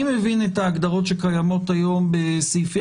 אני מבין את ההגדרות שקיימות היום בסעיף.